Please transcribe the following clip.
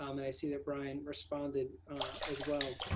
um and i see that brian responded as well.